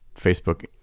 Facebook